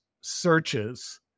searches